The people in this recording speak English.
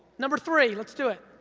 number three, let's do it.